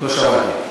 לא שמעתי.